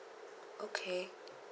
okay